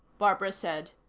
barbara said,